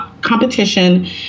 competition